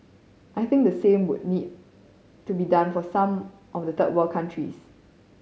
I think the same would need to be done for some of the third world countries